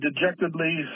dejectedly